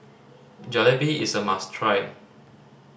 jalebi is a must try